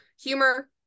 humor